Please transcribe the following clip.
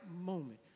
moment